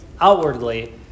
outwardly